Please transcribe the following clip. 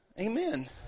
Amen